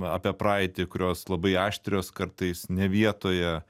apie praeitį kurios labai aštrios kartais ne vietoje